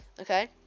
Okay